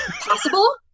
possible